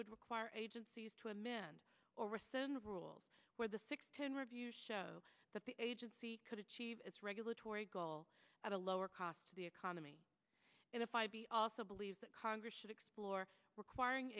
would require agencies to a min or rescind rule where the six ten review show that the agency could achieve its regulatory goal at a lower cost to the economy in a five b also believe that congress should explore requiring